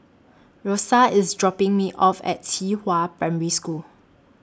Rosia IS dropping Me off At Qihua Primary School